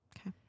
Okay